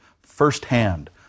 firsthand